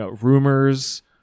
rumors